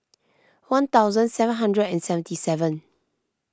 one thousand seven hundred and seventy seven